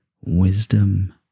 wisdom